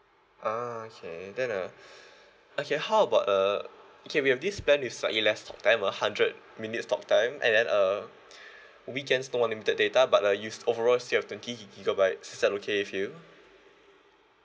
ah okay then uh okay how about uh okay we have this plan with slightly less talk time a hundred minutes talk time and then uh weekends no unlimited data but uh used overall still have twenty gigabytes is that okay with you